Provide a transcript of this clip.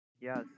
Yes